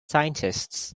scientists